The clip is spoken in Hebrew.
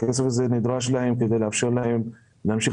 והכסף הזה דרוש להן כדי לאפשר להן להמשיך